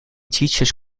teaches